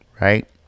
right